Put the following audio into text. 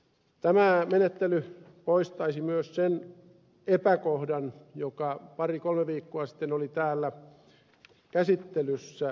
tämä menettely poistaisi myös sen epäkohdan joka pari kolme viikkoa sitten oli täällä käsittelyssä ed